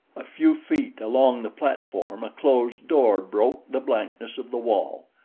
a few feet along the platform a closed door broke the blankness of the wall.